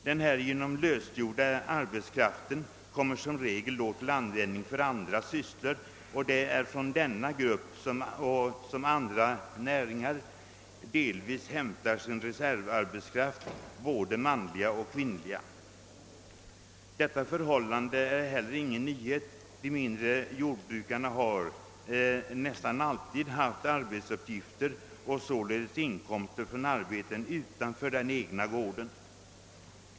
Den härigenom lösgjorda arbetskraften kommer som regel till användning för andra sysslor, och det är från denna grupp som andra näringar delvis hämtar sin reservarbetskraft, både manlig och kvinnlig. Detta förhållande är heller ingen nyhet. De mindre jordbrukarna har nästan alltid haft arbetsuppgifter och således inkomster från arbeten utanför den egna gården.